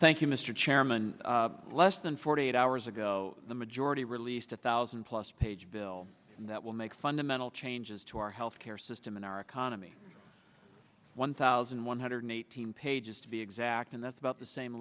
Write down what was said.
thank you mr chairman less than forty eight hours ago the majority released a thousand plus page bill that will make final changes to our health care system in our economy one thousand one hundred eighteen pages to be exact and that's about the same